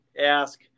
ask